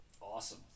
Awesome